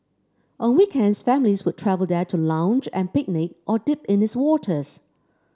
on weekends families would travel there to lounge and picnic or dip in its waters